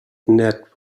ned